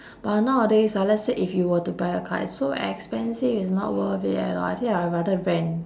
but nowadays ah let's say if you were to buy a car it's so expensive it's not worth it at all I think I rather rent